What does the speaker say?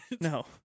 no